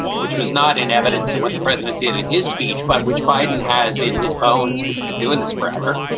which was not in evidence. and what the president did in his speech, but which biden has in his bones, because you've been doing this forever.